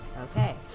Okay